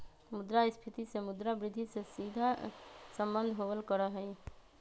मुद्रास्फीती से मुद्रा वृद्धि के सीधा सम्बन्ध होबल करा हई